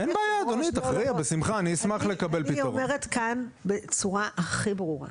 אני אומרת כאן, בצורה הכי ברורה,